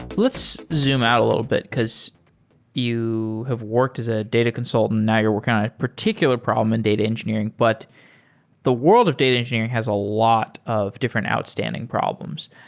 let's zoom out a little bit, because you have worked as a data consultant. now you're working on a particular problem in data engineering, but the world of data engineering has a lot of different outstanding problems.